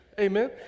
amen